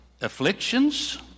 afflictions